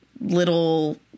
little